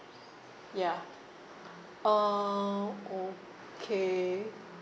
ya uh okay